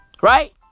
right